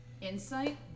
Insight